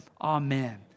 Amen